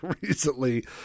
recently